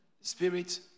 Spirit